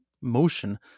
motion